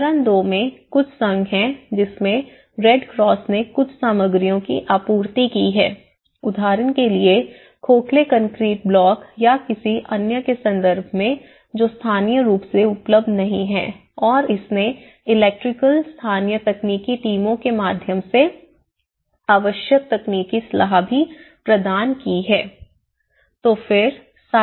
चरण दो में कुछ संघ हैं जिसमें रेड क्रॉस ने कुछ सामग्रियों की आपूर्ति की है उदाहरण के लिए खोखले कंक्रीट ब्लॉक या किसी अन्य के संदर्भ में जो स्थानीय रूप से उपलब्ध नहीं हैं और इसने इलेक्ट्रिक स्थानीय तकनीकी टीमों के माध्यम से आवश्यक तकनीकी सलाह भी प्रदान की है